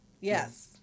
Yes